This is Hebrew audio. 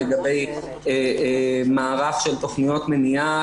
לגבי מערך של תכניות מניעה,